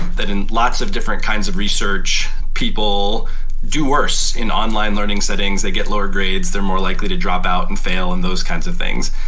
that in lots of different kinds of research, people do worse in online learning settings. they get lower grades. they're more likely to drop out and fail and those kinds of things.